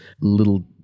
little